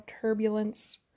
turbulence